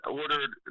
ordered